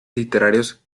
literarios